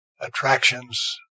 Attractions